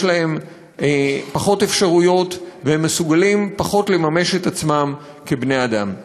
יש להם פחות אפשרויות והם מסוגלים פחות לממש את עצמם כבני-אדם.